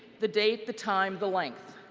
the date, the time, the length.